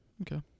Okay